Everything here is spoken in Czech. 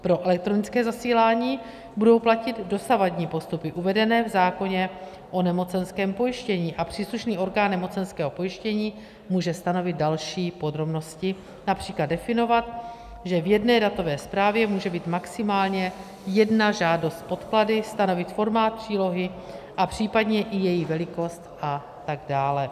Pro elektronické zasílání budou platit dosavadní postupy uvedené v zákoně o nemocenském pojištění a příslušný orgán nemocenského pojištění může stanovit další podrobnosti, například definovat, že v jedné datové zprávě může být maximálně jedna žádost s podklady, stanovit formát přílohy a případně i její velikost a tak dále.